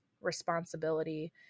responsibility